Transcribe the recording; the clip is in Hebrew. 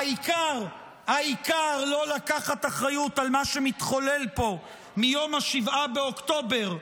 העיקר לא לקחת אחריות על מה שמתחולל פה מיום 7 באוקטובר,